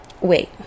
Wait